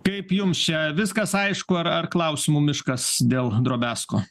kaip jums čia viskas aišku ar ar klausimų miškas dėl drobesko